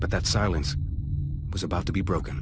but that silence was about to be broken